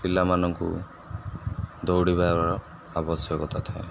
ପିଲାମାନଙ୍କୁ ଦୌଡ଼ିବାର ଆବଶ୍ୟକତା ଥାଏ